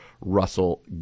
Russell